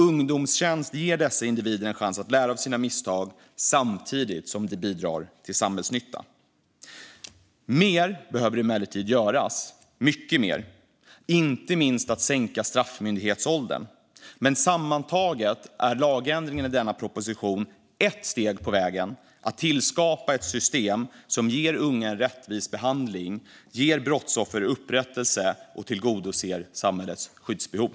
Ungdomstjänst ger dessa individer en chans att lära av sina misstag samtidigt som de bidrar till samhällsnytta. Mer behöver emellertid göras - mycket mer -, inte minst att sänka straffmyndighetsåldern. Men sammantaget är lagändringen i denna proposition ett steg på vägen mot att tillskapa ett system som ger unga rättvis behandling, ger brottsoffer upprättelse och tillgodoser samhällets skyddsbehov.